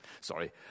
Sorry